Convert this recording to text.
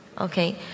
okay